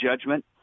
judgment